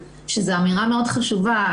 שזו אמירה מאוד חשובה.